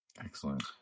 Excellent